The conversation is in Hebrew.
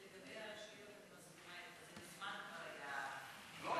לגבי הרשויות אני מסכימה אתך, זה מזמן כבר היה